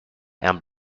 and